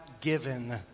given